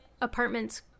apartments